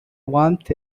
warmth